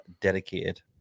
dedicated